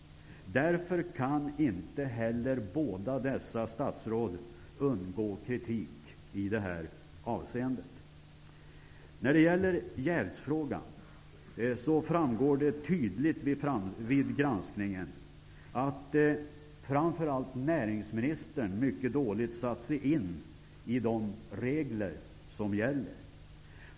Därför kan inte heller dessa båda statsråd ungdå kritik i detta avseende. När det gäller jävsfrågan framgår det tydligt vid granskningen att framför allt näringsministern mycket dåligt satt sig in i de regler som gäller.